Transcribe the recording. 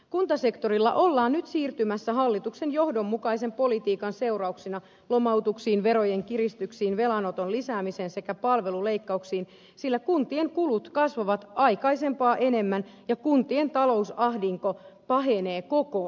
kuntasektorilla ollaan nyt siirtymässä hallituksen johdonmukaisen politiikan seurauksena lomautuksiin verojen kiristyksiin velanoton lisäämiseen sekä palveluleikkauksiin sillä kuntien kulut kasvavat aikaisempaa enemmän ja kuntien talousahdinko pahenee koko ajan